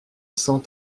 cent